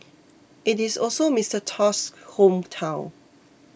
it is also Mister Tusk's hometown